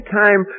time